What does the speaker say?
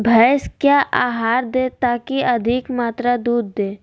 भैंस क्या आहार दे ताकि अधिक मात्रा दूध दे?